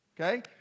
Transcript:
okay